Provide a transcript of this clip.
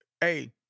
Hey